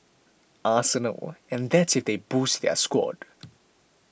Arsenal and that's if they boost their squad